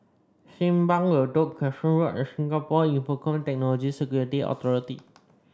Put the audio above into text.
Simpang Bedok Crescent Road and Singapore Infocomm Technology Security Authority